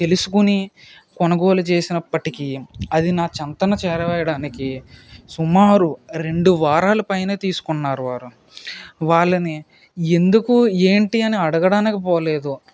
తెలుసుకొని కొనుగోలు చేసినప్పటికీ అది నా చెంతన చేరవేయడానికి సుమారు రెండు వారాల పైనే తీసుకున్నారు వారు వాళ్ళని ఎందుకు ఏంటి అని అడగడానికి పోలేదు